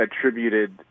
attributed